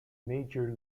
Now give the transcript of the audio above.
major